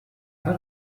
paar